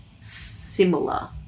similar